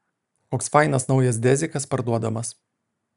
koks fainas naujas dezikas parduodamas